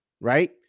right